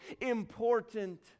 important